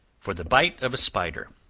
for the bite of a spider.